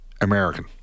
American